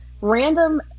random